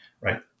right